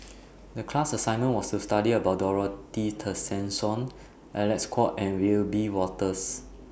The class assignment was to study about Dorothy Tessensohn Alec Kuok and Wiebe Wolters